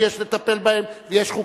שיש לטפל בהם ויש חוקים.